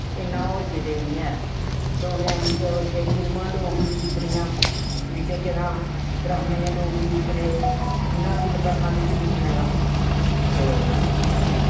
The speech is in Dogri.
इन्ना होर किते निं ऐ डोगरेआं बिच्च और केह् फिल्मां डोगरी दिक्खनियां बिच्च केह् नां ड्रामें डोगरी दिक्खने इन्ना दिल करना बिच्च दिक्खने दा ते